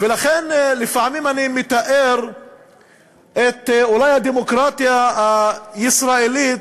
לכן לפעמים אני מתאר את הדמוקרטיה הישראלית,